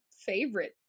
favorite